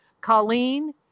colleen